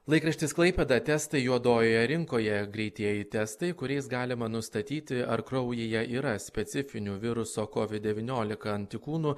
laikraštis klaipėda testai juodojoje rinkoje greitieji testai kuriais galima nustatyti ar kraujyje yra specifinio viruso covid devyniolika antikūnų